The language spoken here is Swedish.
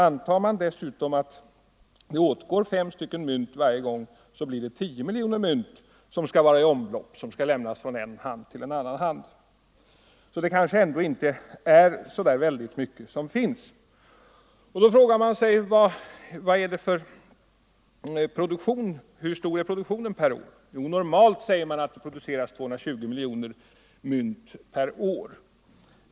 Antar man dessutom att det åtgår fem mynt vid varje inköpstillfälle, så blir det 10 miljoner mynt som skall vara i omlopp, som skall lämnas från en hand till en annan. Då kanske siffran på mängden mynt i landet ändå inte är så stor. Då frågar man sig hur stor produktionen är per år. Normalt, svaras det, producerar vi 220 miljoner mynt per år.